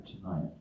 tonight